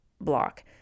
block